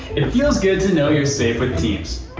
it feels good to know you're safe with teams.